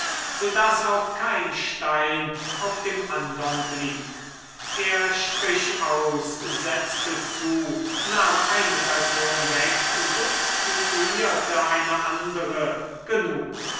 daß auch kein stein auf dem andern blieb er strich aus setzte zu nahm eine person weg substituierte eine andere genug